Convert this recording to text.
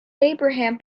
abraham